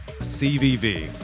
CVV